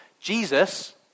Jesus